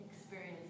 experience